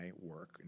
work